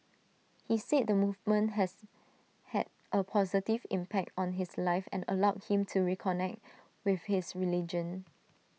he said the movement has had A positive impact on his life and allowed him to reconnect with his religion